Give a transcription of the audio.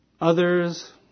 others